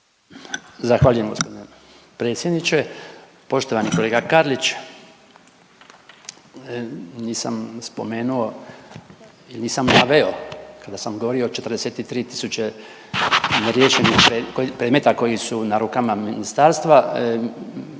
Zahvaljujem gospodine predsjedniče. Poštovani kolega Karlić, nisam spomenuo i nisam naveo kada sam govorio 43 tisuće neriješenih predmeta koji su na rukama ministarstva.